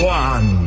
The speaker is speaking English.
one